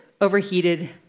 overheated